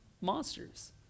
monsters